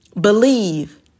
Believe